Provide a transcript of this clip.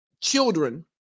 children